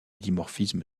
dimorphisme